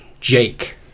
Jake